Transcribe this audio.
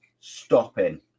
stopping